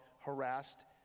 harassed